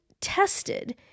tested